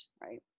Right